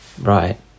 Right